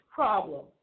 problem